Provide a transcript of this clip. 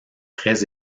très